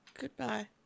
Goodbye